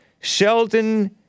Sheldon